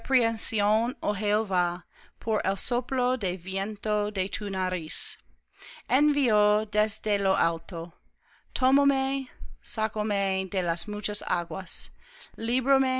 soplo del viento de tu nariz envió desde lo alto tomóme sácome de las muchas aguas